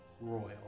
royal